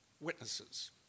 witnesses